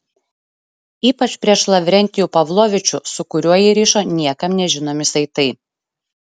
ypač prieš lavrentijų pavlovičių su kuriuo jį rišo niekam nežinomi saitai